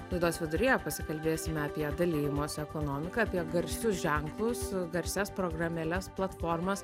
laidos viduryje pasikalbėsime apie dalijimosi ekonomiką apie garsius ženklus garsias programėles platformas